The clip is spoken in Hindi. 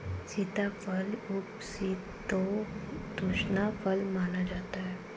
सीताफल उपशीतोष्ण फल माना जाता है